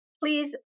please